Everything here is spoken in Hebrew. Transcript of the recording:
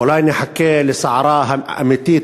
"אולי נחכה לסערה האמיתית,